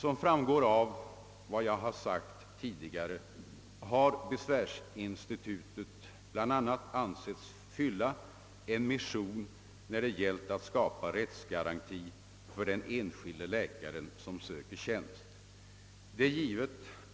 Som framgår av vad jag tidigare sagt har besvärsinstitutet bl.a. ansetts fylla en mission när det gällt att skapa rättsgaranti för den enskilde läkaren som söker en tjänst.